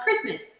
Christmas